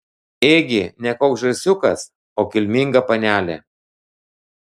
ėgi ne koks žąsiukas o kilminga panelė